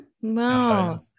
Wow